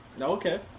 Okay